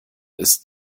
ist